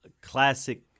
classic